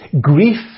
grief